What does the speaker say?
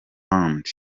band